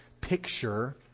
picture